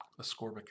Ascorbic